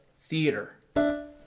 theater